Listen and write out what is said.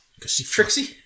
Trixie